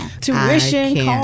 tuition